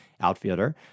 outfielder